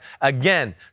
Again